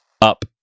up